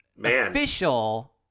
official